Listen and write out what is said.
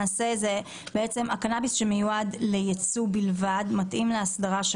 הקנאביס שמיועד לייצוא בלבד מתאים לאסדרה.